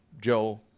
Joe